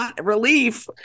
Relief